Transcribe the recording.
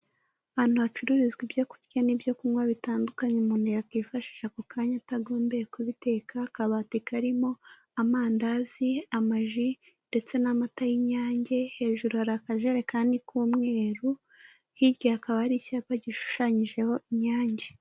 Ahantu hacururizwa ibyo kurya n'ibyo kunywa bitandukanye, umuntu yakwifashisha ako kanya atagombye kubiteka, akabati karimo amandazi, amaji ndetse n'amata y'inyange, hejuru hari akajerekani k'umweru, hirya hakaba hari icyapa gishushanyijeho Inyange.